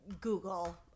Google